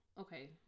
Okay